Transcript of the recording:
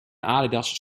adidas